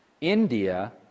India